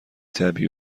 طبیعی